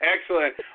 excellent